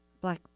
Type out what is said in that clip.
Black